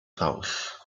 south